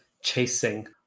chasing